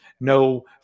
no